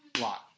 Lot